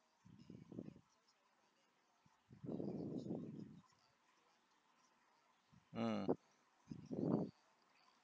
mm